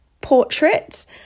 portrait